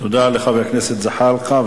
תודה לחבר הכנסת זחאלקה.